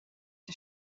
een